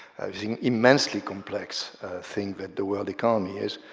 immensely complex thing that the world economy is.